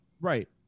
Right